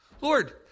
Lord